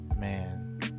man